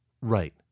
Right